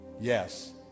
yes